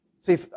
See